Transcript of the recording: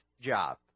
job